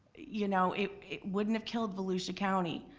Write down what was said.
you know it it wouldn't have killed volusia county.